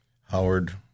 Howard